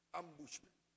ambushment